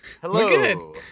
Hello